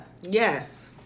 Yes